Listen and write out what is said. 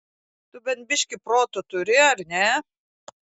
tu bent biškį proto turi ar ne